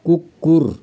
कुकुर